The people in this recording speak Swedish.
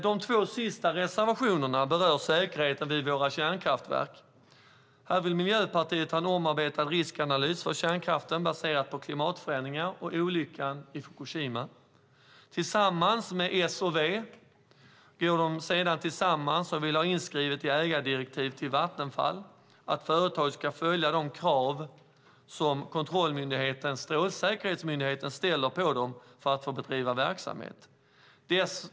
De två sista reservationerna berör säkerheten vid våra kärnkraftverk. Här vill Miljöpartiet ha en omarbetad riskanalys för kärnkraften baserad på klimatförändringar och olyckan i Fukushima. Tillsammans med S och V vill Miljöpartiet ha inskrivet i ägardirektiv till Vattenfall att företaget ska följa de krav som kontrollmyndigheten Strålsäkerhetsmyndigheten ställer för att Vattenfall ska få bedriva verksamhet.